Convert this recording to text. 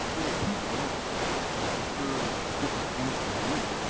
we have peak loads that occur at different points in the year.